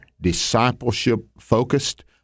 discipleship-focused